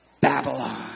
Babylon